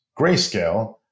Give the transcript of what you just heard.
Grayscale